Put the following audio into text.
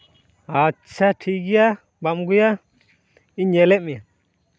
ᱟᱪᱪᱷᱟ ᱴᱷᱤᱠ ᱜᱮᱭᱟ ᱵᱟᱢ ᱟᱹᱜᱩᱭᱟ ᱤᱧ ᱧᱮᱞᱮᱫ ᱢᱮᱭᱟ